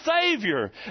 Savior